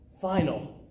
final